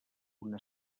una